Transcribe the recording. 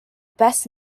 best